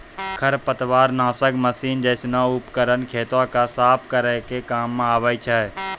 खरपतवार नासक मसीन जैसनो उपकरन खेतो क साफ करै के काम आवै छै